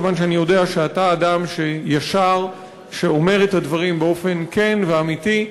מכיוון שאני יודע שאתה אדם ישר שאומר את הדברים באופן כן ואמיתי,